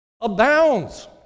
abounds